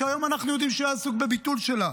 שהיום אנחנו יודעים שהוא היה עסוק בביטול שלה.